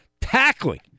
tackling